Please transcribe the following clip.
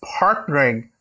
partnering